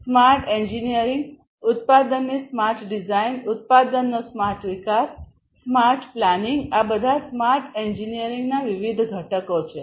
smart engineering ઉત્પાદનની smart design ઉત્પાદનનો smart વિકાસ સ્માર્ટ પ્લાનિંગ આ બધા સ્માર્ટ એન્જિનિયરિંગના વિવિધ ઘટકો છે